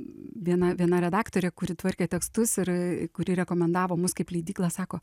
viena viena redaktorė kuri tvarkė tekstus ir kuri rekomendavo mus kaip leidyklą sako